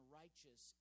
righteous